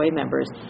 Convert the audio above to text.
members